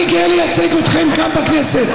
אני גאה לייצג אתכם כאן בכנסת.